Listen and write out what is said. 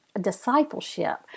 discipleship